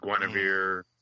Guinevere